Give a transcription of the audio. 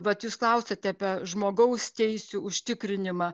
vat jūs klausiate apie žmogaus teisių užtikrinimą